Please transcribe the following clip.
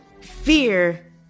fear